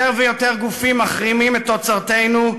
יותר ויותר גופים מחרימים את תוצרתנו,